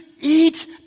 eat